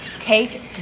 take